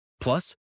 Plus